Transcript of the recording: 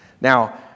Now